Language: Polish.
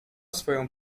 swoją